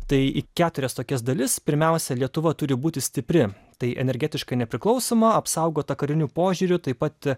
tai į keturias tokias dalis pirmiausia lietuva turi būti stipri tai energetiškai nepriklausoma apsaugota kariniu požiūriu taip pat